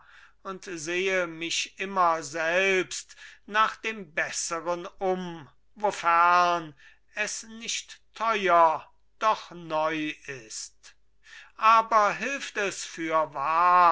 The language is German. und sehe mich immer selbst nach dem besseren um wofern es nicht teuer doch neu ist aber hilft es fürwahr